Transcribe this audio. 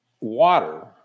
water